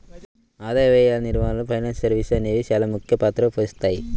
ఆదాయ వ్యయాల నిర్వహణలో ఫైనాన్షియల్ సర్వీసెస్ అనేవి చానా ముఖ్య పాత్ర పోషిత్తాయి